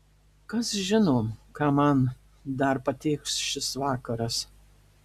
kas žino ką man dar patėkš šis vakaras